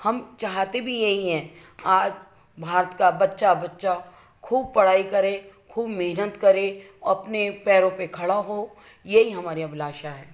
हम चाहते भी यही है आज भारत का बच्चा बच्चा खूब पढ़ाई करे खूब मेहनत करे अपने पैरों पर खड़ा हो यही हमारी अभिलाषा है